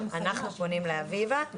אנחנו פונים לאביבה,